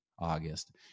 August